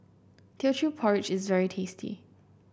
Teochew Porridge is very tasty